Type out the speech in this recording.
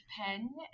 pen